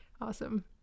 awesome